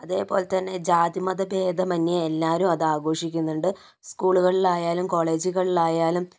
അതെപോലെത്തന്നെ ജാതി മത ഭേദമെന്യേ എല്ലാവരും അതാഘോഷിക്കുന്നുണ്ട് സ്കൂളുകളിലായാലും കോളേജുകളിലായാലും